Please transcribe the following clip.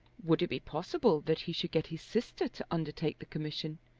would it be possible that he should get his sister to undertake the commission?